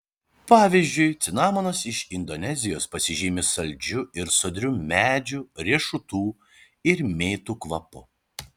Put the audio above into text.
pavyzdžiui cinamonas iš indonezijos pasižymi saldžiu ir sodriu medžių riešutų ir mėtų kvapu